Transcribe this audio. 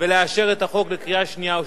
ולאשר את הצעת החוק בקריאה שנייה ושלישית.